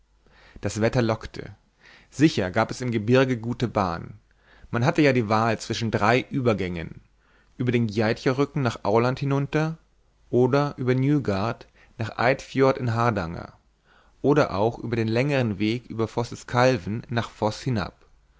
das wetter lockte sicher gab es im gebirge gute bahn und man hat ja die wahl zwischen drei übergängen über den gjeiterücken nach aurland hinunter oder über nygard nach eidfjord in hardanger oder auch den längeren weg über vosseskavlen nach voß hinab